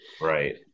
right